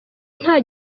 nta